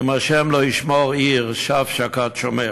"אם ה' לא ישמר עיר שוא שקד שומר".